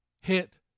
hit